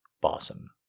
bosom